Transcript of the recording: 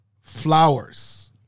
flowers